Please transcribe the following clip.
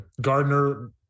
Gardner